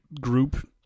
group